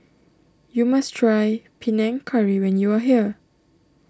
you must try Panang Curry when you are here